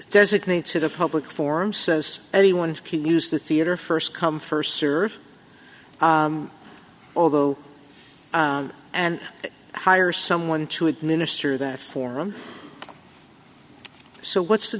designates it a public form says anyone can use the theater first come first serve although and hire someone to administer that form so what's the